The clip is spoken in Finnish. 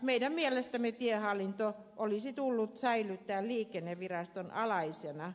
meidän mielestämme tiehallinto olisi tullut säilyttää liikenneviraston alaisena